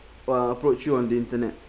uh approach you on the internet